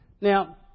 Now